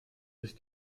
ist